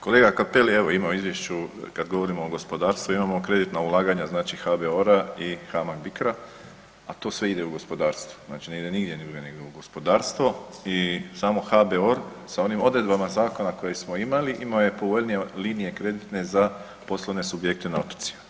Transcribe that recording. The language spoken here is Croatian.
Kolega Cappelli evo ima u izvješću kad govorimo o gospodarstvu imamo kreditna ulaganja znači HBOR-a i HAMAG BICRO, a to sve ide u gospodarstvo, znači ne ide nigdje drugdje nego u gospodarstvo i samo HBOR sa onim odredbama zakona koji smo imali imao je povoljnije linije kreditne za poslovne subjekte na otocima.